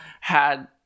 had-